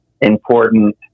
important